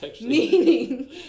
meaning